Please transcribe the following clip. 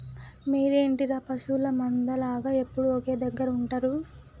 మీరేంటిర పశువుల మంద లాగ ఎప్పుడు ఒకే దెగ్గర ఉంటరు